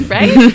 Right